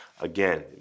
again